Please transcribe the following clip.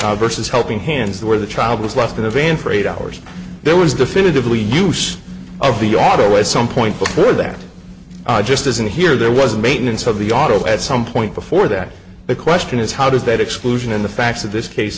case versus helping dan's or the child was left in the van for eight hours there was definitively news of the auto at some point before that just isn't here there was a maintenance of the auto at some point before that the question is how does that exclusion in the facts of this case